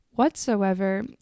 whatsoever